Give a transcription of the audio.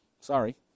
Sorry